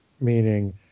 meaning